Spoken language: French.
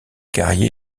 carrier